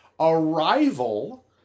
Arrival